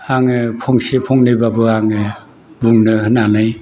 आङो फंसे फंनैब्लाबो आङो बुंनो होननानै